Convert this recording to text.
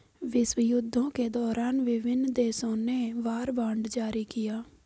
विश्वयुद्धों के दौरान विभिन्न देशों ने वॉर बॉन्ड जारी किया